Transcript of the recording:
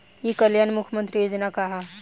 ई कल्याण मुख्य्मंत्री योजना का है?